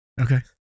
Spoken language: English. okay